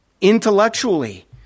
intellectually